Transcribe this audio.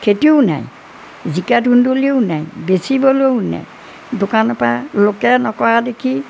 খেতিও নাই জিকা ধুন্দুলিও নাই বেচিবলৈও নাই দোকানৰপৰা লোকে নকৰা দেখি